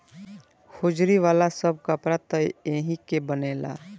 hosiery वाला सब कपड़ा त एही के बनेला